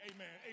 Amen